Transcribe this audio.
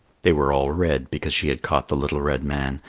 they were all red because she had caught the little red man,